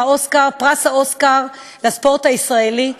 פרס האוסקר לספורט הישראלי,